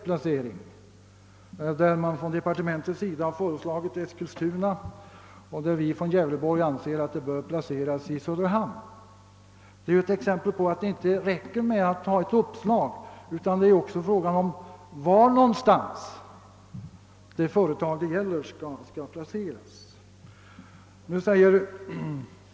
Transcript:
Man föreslår från departementet att det skall förläggas till Eskilstuna, medan vi i Gävleborgs län anser att det bör lokaliseras till Söder hamn, Det är ett exempel på att det inte är tillräckligt att konstatera att förutsättningar föreligger för flyttning av ett företag utan att man också måste utreda frågan om var det lämpligen skall placeras.